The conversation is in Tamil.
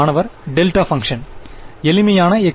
மாணவர் டெல்டா பங்க்ஷன் எளிமையான Xω